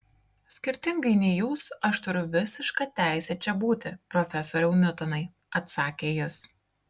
skirtingai nei jūs aš turiu visišką teisę čia būti profesoriau niutonai atsakė jis